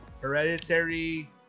Hereditary